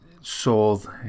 sold